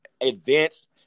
advanced